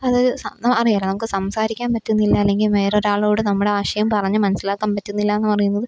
അത് അറിയാമല്ലോ നമുക്ക് സംസാരിക്കാന് പറ്റുന്നില്ല അല്ലെങ്കിൽ വേറൊരാളോട് നമ്മുടെ ആശയം പറഞ്ഞ് മനസ്സിലാക്കാന് പറ്റുന്നില്ലായെന്ന് പറയുന്നത്